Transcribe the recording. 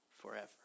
forever